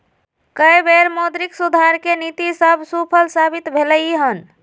कय बेर मौद्रिक सुधार के नीति सभ सूफल साबित भेलइ हन